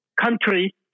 country